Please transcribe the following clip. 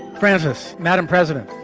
francis, madam president,